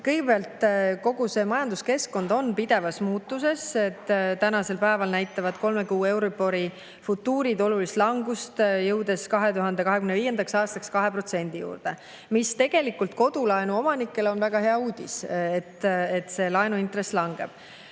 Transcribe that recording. Kõigepealt, kogu majanduskeskkond on pidevas muutuses. Tänasel päeval näitavad kolme kuu euribori futuurid olulist langust, jõudes 2025. aastaks 2% juurde, mis on tegelikult kodulaenu omanikele väga hea uudis, sest laenuintress langeb.